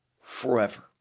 forever